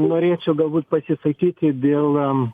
norėčiau galbūt pasisakyti dėl